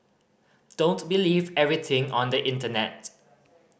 don't believe everything on the internet